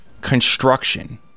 Construction